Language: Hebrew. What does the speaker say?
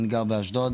אני גר באשדוד,